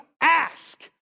ask